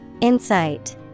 Insight